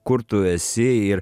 kur tu esi ir